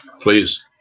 Please